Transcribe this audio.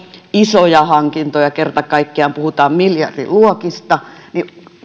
isoja hankintoja kerta kaikkiaan puhutaan miljardiluokista niin